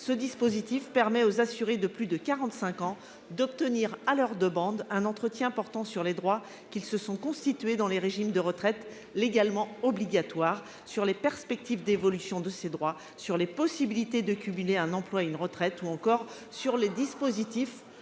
Ce dispositif permet aux assurés de plus de 45 ans d'obtenir, à leur demande, un entretien portant notamment sur les droits qu'ils se sont constitués dans les régimes de retraite légalement obligatoires, sur les perspectives d'évolution de ces droits, sur les possibilités de cumuler un emploi et une retraite ou encore sur les dispositifs